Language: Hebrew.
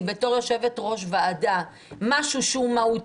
אם היו לוקחים ממני בתור יושבת ראש ועדה משהו שהוא מהותי